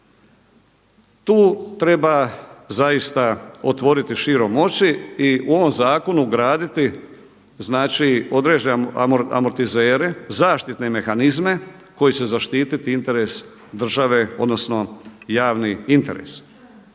Tu treba zaista otvoriti širom oči i u ovom zakonu ugraditi, znači određene amortizere, zaštitne mehanizme koji će zaštititi interes države, odnosno javni interes.